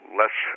less